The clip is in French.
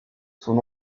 son